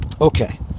okay